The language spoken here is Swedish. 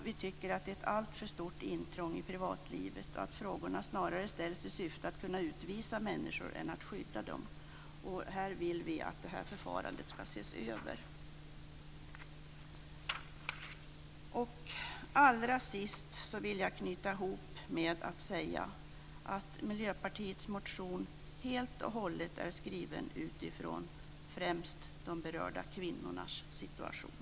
Vi tycker att det är ett alltför stort intrång i privatlivet och att frågorna snarare ställs i syfte att kunna utvisa människor än att skydda dem. Vi vill att det förfarandet ska ses över. Allra sist vill jag knyta ihop med att säga att Miljöpartiets motion helt och hållet är skriven utifrån de berörda kvinnornas situation.